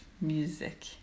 music